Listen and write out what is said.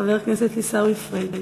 חבר כנסת עיסאווי פריג'.